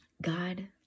God